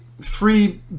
three